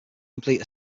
complete